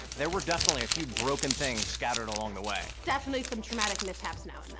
there were definitely a few broken things scattered along the way. definitely some traumatic mishaps now and then.